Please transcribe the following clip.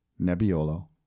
Nebbiolo